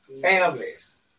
Families